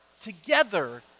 together